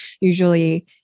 usually